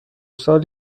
سال